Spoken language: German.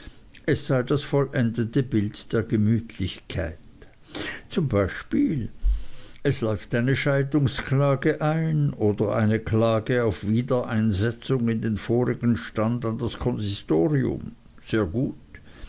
es sei das vollendete bild der gemütlichkeit zum beispiel es läuft eine scheidungsklage ein oder eine klage auf wiedereinsetzung in den vorigen stand an das konsistorium sehr gut